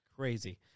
Crazy